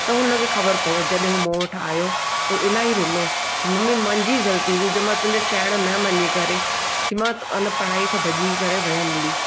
त हुन खे ख़बर पियसि जॾहिं हू मूं वटि आयो त हू इलाही रुनो की मम्मी मुंहिंजी ग़लती हुई जो की मां तुंहिंजे चवणु न मञी करे की मां एन पढ़ाई सां भॼी करे वयुमि हली